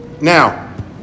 now